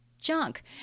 junk